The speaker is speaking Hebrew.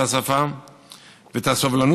המבוססת על הוראת השפה המדוברת בשילוב